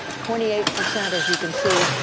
twenty eight percent, as you can see,